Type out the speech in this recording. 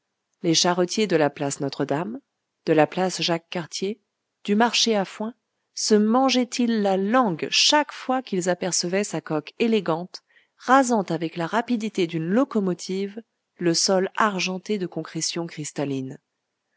les charretiers de la place notre-dame de la place jacques cartier du marché à foin se mangeaient ils la langue chaque fois qu'ils apercevaient sa coque élégante rasant avec la rapidité d'une locomotive le sol argenté de concrétions cristallines